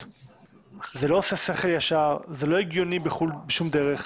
זה לא עושה שכל ישר, זה לא הגיוני בשום דרך.